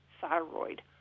thyroid